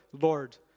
Lord